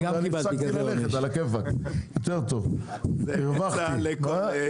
אני הפסקתי ללכת, על הכיפק, יותר טוב, הרווחתי.